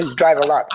and drive a lot